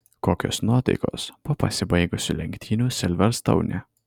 kokios nuotaikos po pasibaigusių lenktynių silverstoune